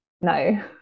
No